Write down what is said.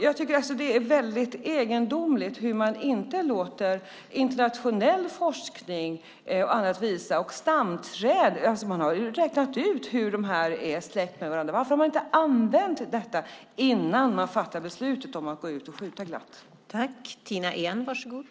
Jag tycker att det är väldigt egendomligt att man inte använder internationell forskning och annat. Det finns stamträd. Man har räknat ut hur de här är släkt med varandra. Varför använde man inte detta innan man fattade beslutet om att glatt gå ut och skjuta?